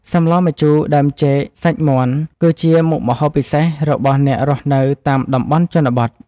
សម្លម្ជូរដើមចេកសាច់មាន់ គឺជាមុខម្ហូបពិសេសរបស់អ្នករស់នៅតាមតំបន់ជនបទ។